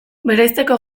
bereizteko